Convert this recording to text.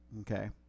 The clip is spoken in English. Okay